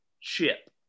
chip